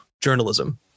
journalism